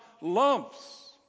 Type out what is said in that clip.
loves